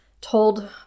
told